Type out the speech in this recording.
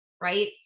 right